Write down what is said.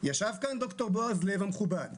ד"ר בעז לב המכובד,